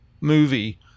movie